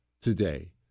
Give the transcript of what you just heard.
today